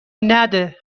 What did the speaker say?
نده